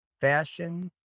fashion